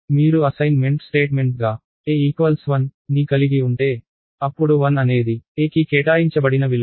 మీరు అసైన్మెంట్ స్టేట్మెంట్గా a 1ని కలిగి ఉంటే అప్పుడు 1 అనేది a కి కేటాయించబడిన విలువ